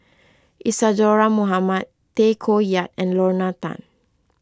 Isadhora Mohamed Tay Koh Yat and Lorna Tan